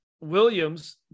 Williams